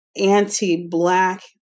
anti-black